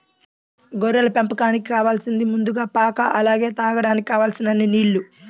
గొర్రెల పెంపకానికి కావాలసింది ముందుగా పాక అలానే తాగడానికి కావలసినన్ని నీల్లు